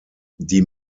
die